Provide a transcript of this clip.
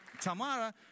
Tamara